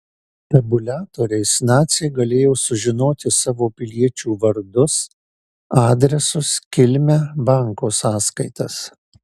tabuliatoriais naciai galėjo sužinoti savo piliečių vardus adresus kilmę banko sąskaitas